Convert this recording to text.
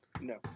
No